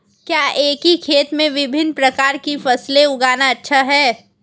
क्या एक ही खेत में विभिन्न प्रकार की फसलें उगाना अच्छा है?